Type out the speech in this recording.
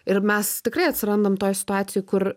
ir mes tikrai atsirandam toj situacijoj kur